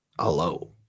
hello